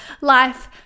life